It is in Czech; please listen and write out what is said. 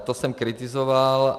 To jsem kritizoval.